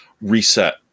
reset